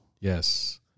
Yes